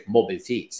Mobility